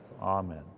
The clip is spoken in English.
Amen